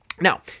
Now